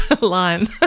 line